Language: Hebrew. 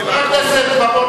חבר הכנסת בר-און,